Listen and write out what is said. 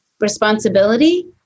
responsibility